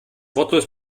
wortlos